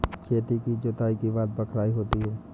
खेती की जुताई के बाद बख्राई होती हैं?